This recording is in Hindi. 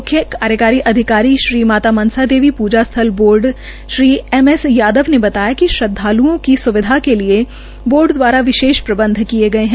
मुख्य कार्यकारी अधिकारी श्री माता मनसा देवी के पूजा स्थल बोर्ड एम एस यादव ने बताया कि श्रद्वालूओं के स्विधा के लिए बोर्ड दवारा विशेष प्रबंध किए गये है